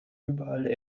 überall